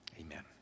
Amen